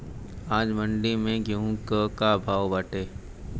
आज मंडी में गेहूँ के का भाव बाटे?